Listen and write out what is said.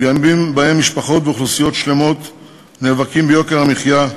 בימים שבהם משפחות ואוכלוסיות שלמות נאבקות ביוקר המחיה,